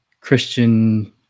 Christian